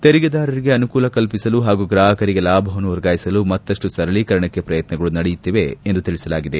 ತೆರಿಗೆದಾರರಿಗೆ ಅನುಕೂಲ ಕಲ್ಪಿಸಲು ಹಾಗೂ ಗ್ರಾಹಕರಿಗೆ ಲಾಭವನ್ನು ವರ್ಗಾಯಿಸಲು ಮತ್ತಪ್ಪು ಸರಳೀಕರಣಕ್ಕೆ ಪ್ರಯತ್ನಗಳು ನಡೆಯುತ್ತಿವೆ ಎಂದು ತಿಳಿಸಲಾಗಿದೆ